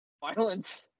violence